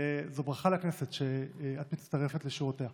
זו ברכה לכנסת שאת מצטרפת אל שורותיה.